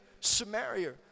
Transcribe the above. Samaria